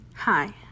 Hi